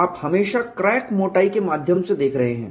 आप हमेशा क्रैक मोटाई के माध्यम से देख रहे हैं